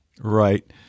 right